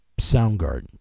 Soundgarden